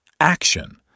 Action